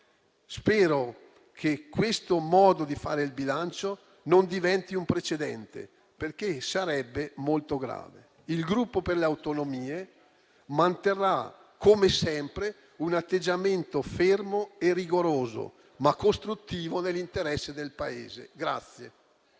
Spero che questo modo di fare la manovra di bilancio non diventi un precedente, perché sarebbe molto grave. Il Gruppo per le Autonomie manterrà, come sempre, un atteggiamento fermo e rigoroso, ma costruttivo nell'interesse del Paese.